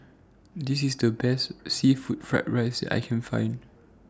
This IS The Best Seafood Fried Rice that I Can Find